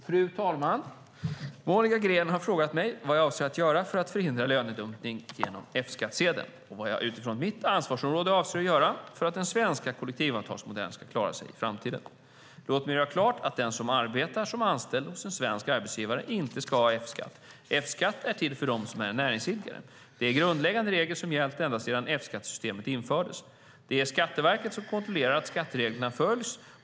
Fru talman! Monica Green har frågat mig vad jag avser att göra för att förhindra lönedumpning genom F-skattsedeln och vad jag utifrån mitt ansvarsområde avser att göra för att den svenska kollektivavtalsmodellen ska klara sig i framtiden. Låt mig göra klart att den som arbetar som anställd hos en svensk arbetsgivare inte ska ha F-skatt. F-skatt är till för dem som är näringsidkare. Det är grundläggande regler som har gällt ända sedan F-skattesystemet infördes. Det är Skatteverket som kontrollerar att skattereglerna följs.